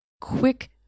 quick